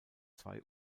zwei